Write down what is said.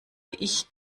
ich